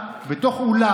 בתוך אולם,